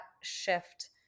shift